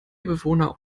bewohner